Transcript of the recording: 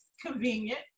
convenient